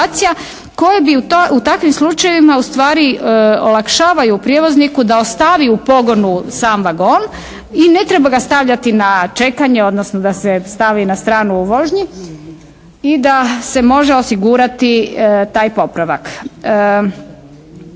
koje bi u takvim slučajevima ustvari olakšavaju prijevozniku da ostavi u pogonu sam vagon i ne treba ga stavljati na čekanje, odnosno da se stavi na stranu u vožnji i da se može osigurati taj popravak.